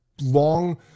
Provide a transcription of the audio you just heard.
long